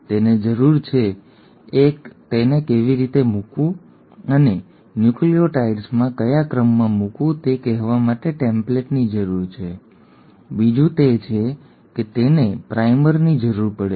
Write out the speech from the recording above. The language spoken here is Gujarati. તેને જરૂર છે એક તેને કેવી રીતે મૂકવું અને ન્યુક્લિઓટાઇડ્સમાં કયા ક્રમમાં મૂકવું તે કહેવા માટે ટેમ્પલેટની જરૂર છે બીજું તે છે કે તેને પ્રાઇમરની જરૂર પડે છે